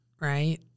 right